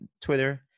Twitter